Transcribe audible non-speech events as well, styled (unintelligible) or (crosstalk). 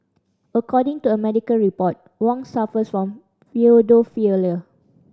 according to a medical report Wong suffers from (unintelligible)